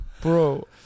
Bro